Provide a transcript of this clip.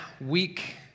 week